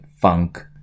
funk